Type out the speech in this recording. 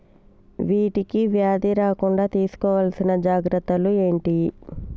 వీటికి వ్యాధి రాకుండా తీసుకోవాల్సిన జాగ్రత్తలు ఏంటియి?